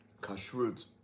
Kashrut